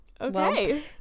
Okay